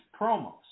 promos